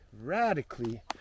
radically